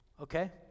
okay